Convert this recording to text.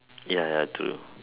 ya ya true